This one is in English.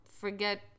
forget